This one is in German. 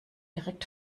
direkt